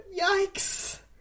yikes